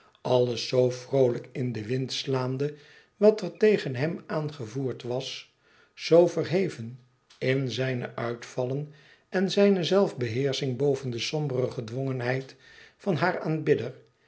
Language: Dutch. alles zoo vroolijk m den wind slaande wat er tegen hem aangevoerd was zoo verheven in zijne uitvallen én zijne zelfbeheersching boven de sombere gedwongenbeid van haar aanbidder